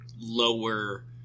lower